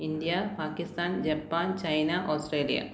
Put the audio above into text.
India Pakistan Japan China Australia